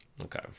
Okay